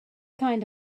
kind